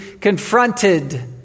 confronted